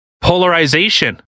Polarization